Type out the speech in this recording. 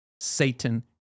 Satan